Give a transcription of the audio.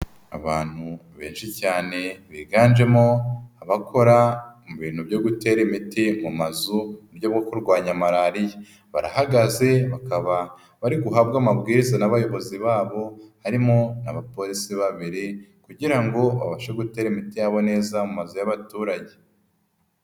Abantu benshi cyane biganjemo abakora mu bintu byo gutera imiti mu mazu mu buryo bwo kurwanya malariya, barahagaze bakaba bari guhabwa amabwiriza n'abayobozi babo harimo n'abapolisi babiri kugira ngo babashe gutera imiti yabo neza mu mazu y'abaturage.